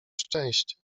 szczęście